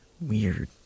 weird